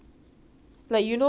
like you take err